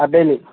আবেলি